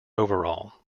overall